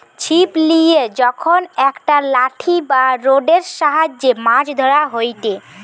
ছিপ লিয়ে যখন একটা লাঠি বা রোডের সাহায্যে মাছ ধরা হয়টে